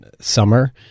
summer